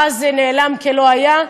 ואז זה נעלם כלא היה,